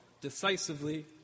decisively